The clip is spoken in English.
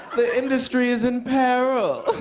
the industry is in peril.